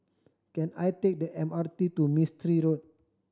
can I take the M R T to Mistri Road